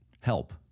help